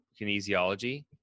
kinesiology